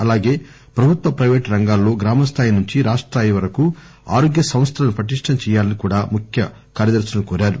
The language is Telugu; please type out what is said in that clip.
అలాగే ప్రభుత్వ ప్రైవేటు రంగాల్లో గ్రామ స్థాయి నుంచి రాష్ట స్థాయి వరకు ఆరోగ్య సంస్థలను పటిష్టం చేయాలని కూడా ముఖ్య కార్యదర్శులను కోరారు